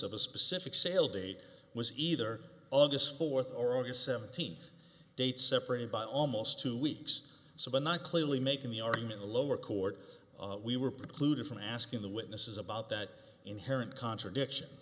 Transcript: of a specific sale date was either august fourth or august seventeenth date separated by almost two weeks or so but not clearly making the argument a lower court we were precluded from asking the witnesses about that inherent contradiction